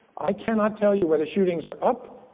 i cannot tell you where the shootings are up,